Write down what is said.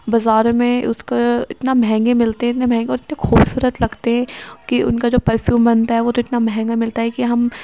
بازار میں اس کا اتنا مہنگے ملتے ہیں اتنے مہنگے اور اتنے خوبصورت لگتے ہیں کہ ان کا جو پرفیوم بنتا ہے وہ تو اتنا مہنگا ملتا ہے کہ ہم